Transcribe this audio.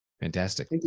Fantastic